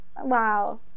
Wow